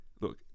Look